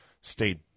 State